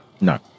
No